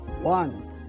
One